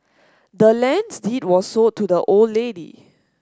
the land's deed was sold to the old lady